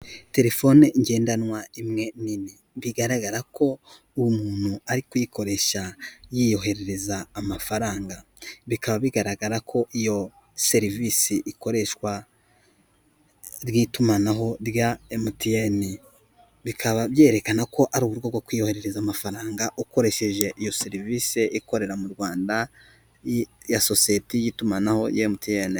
Telefone ngendanwa imwe nini, bigaragara ko uwo muntu ari kuyikoresha yiyoherereza amafaranga, bikaba bigaragara ko iyo serivisi ikoreshwa ry'itumanaho rya emutiyene, bikaba byerekana ko ari uburyo bwo kwiyoherereza amafaranga ukoresheje iyo serivisi ikorera mu Rwanda ya sosiyete y'itumanaho ya emutiyene.